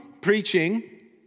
preaching